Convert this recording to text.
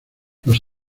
los